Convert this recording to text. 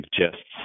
suggests